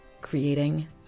creating